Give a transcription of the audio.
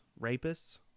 rapists